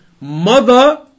mother